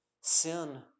sin